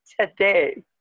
today